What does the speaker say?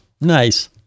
nice